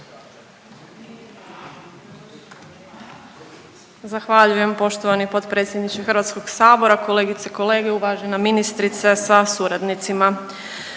Zahvaljujem poštovani potpredsjedniče Hrvatskog sabora. Kolegice i kolege, uvažena ministrice sa suradnicima,